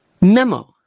memo